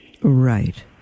Right